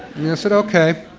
i said, ok,